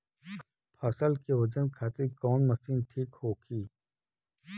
फसल के वजन खातिर कवन मशीन ठीक होखि?